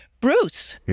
Bruce